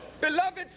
Beloved